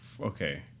Okay